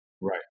Right